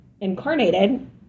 incarnated